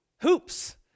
hoops